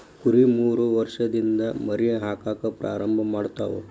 ಕುರಿ ಮೂರ ವರ್ಷಲಿಂದ ಮರಿ ಹಾಕಾಕ ಪ್ರಾರಂಭ ಮಾಡತಾವ